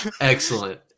excellent